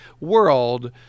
world